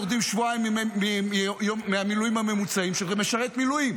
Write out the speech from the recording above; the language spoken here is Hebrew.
יורדים שבועיים מהמילואים הממוצעים של משרת מילואים.